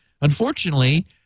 Unfortunately